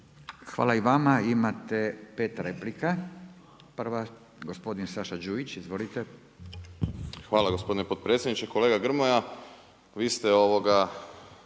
Hvala i vama. Imate pet replika. Prva gospodin Saša Đujić, izvolite. **Đujić, Saša (SDP)** Hvala gospodine potpredsjedniče. Kolega Grmoja, vi ste jako